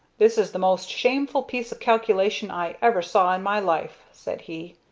this is the most shameful piece of calculation i ever saw in my life, said he.